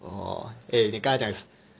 orh eh 你跟他讲